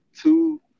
two